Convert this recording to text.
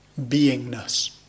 beingness